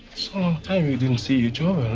long time we didn't see each other.